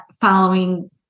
following